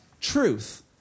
truth